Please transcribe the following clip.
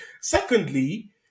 Secondly